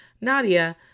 Nadia